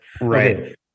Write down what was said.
right